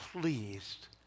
pleased